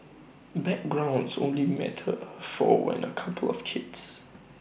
backgrounds only matter for when A couple have kids